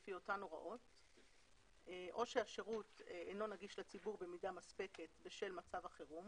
או שהשירות אינו נגיש לציבור במידה מספקת בשל מצב החירום,